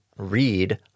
Read